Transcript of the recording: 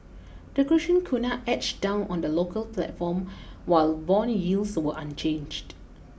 the Croatian Kuna edged down on the local platform while bond yields were unchanged